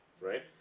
right